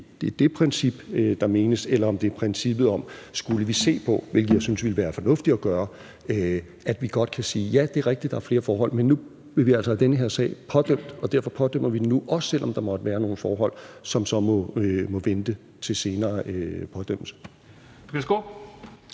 det er det princip, der menes, eller om det er princippet om: Skulle vi se på – hvilket jeg synes ville være fornuftigt at gøre – at vi godt kan sige, at ja, det er rigtigt, at der er flere forhold, men nu vil vi altså have den her sag pådømt, og derfor pådømmer vi den nu, også selv om der måtte være nogle forhold, som så må vente til senere pådømmelse?